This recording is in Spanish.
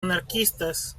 anarquistas